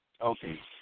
Okay